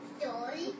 Story